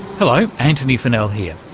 hello, antony funnell here,